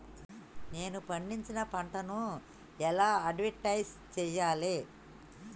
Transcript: నేను పండించిన పంటను ఎలా అడ్వటైస్ చెయ్యాలే?